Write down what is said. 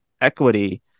equity